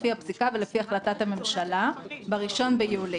לפי הפסיקה ולפי החלטת הממשלה ב-1 ביולי.